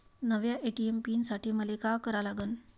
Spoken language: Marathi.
नव्या ए.टी.एम पीन साठी मले का करा लागन?